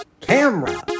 camera